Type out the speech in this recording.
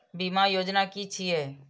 बीमा योजना कि छिऐ?